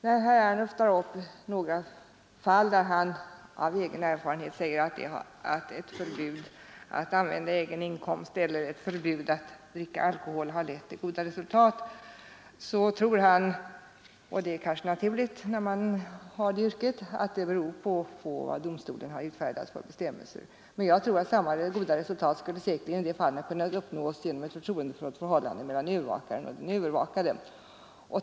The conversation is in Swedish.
Herr Ernulf tog upp några fall där han av egen erfarenhet sade sig veta att ett förbud att använda egen inkomst eller ett förbud att dricka alkohol lett till goda resultat. Herr Ernulf trodde — och det är kanske naturligt när man har det yrket — att det berodde på de bestämmelser domstolen utfärdat. Jag tror att samma goda resultat i de fallen skulle ha kunnat uppnås genom ett förtroendefullt förhållande mellan övervakaren och den övervakade.